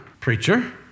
preacher